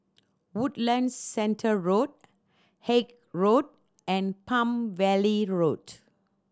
Woodlands Centre Road Haig Road and Palm Valley Road